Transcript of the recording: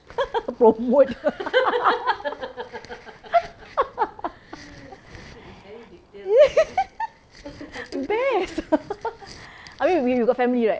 promote best I mean we we got family right